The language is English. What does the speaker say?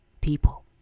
people